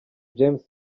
james